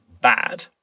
bad